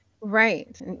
Right